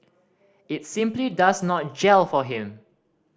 it simply does not gel for him